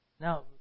Now